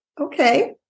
Okay